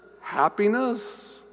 happiness